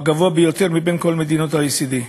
הוא הגבוה ביותר בקרב כל מדינות ה-OECD.